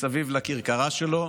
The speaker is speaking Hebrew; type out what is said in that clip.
מסביב לכרכרה שלו.